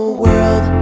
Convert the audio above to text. world